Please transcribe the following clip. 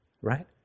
right